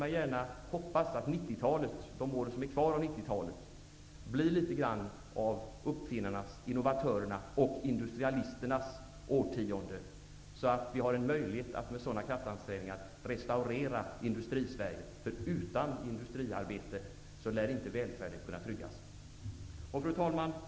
Jag hoppas att de år som återstår av 90-talet gör detta decennium till något av uppfinnarnas, innovatörernas och industrialisternas årtionde och att vi har möjligheter att med kraftansträngningar restaurera Industrisverige. Utan industriarbetet lär välfärden inte kunna tryggas. Fru talman!